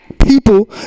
People